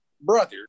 brother